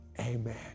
Amen